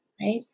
right